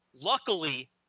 luckily